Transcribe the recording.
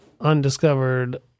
undiscovered